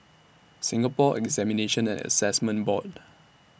Singapore Examinations and Assessment Board